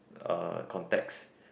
uh context